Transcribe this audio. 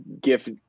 gift